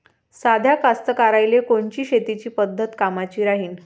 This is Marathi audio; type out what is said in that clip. साध्या कास्तकाराइले कोनची शेतीची पद्धत कामाची राहीन?